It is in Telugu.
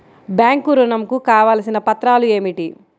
బ్యాంక్ ఋణం కు కావలసిన పత్రాలు ఏమిటి?